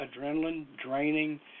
adrenaline-draining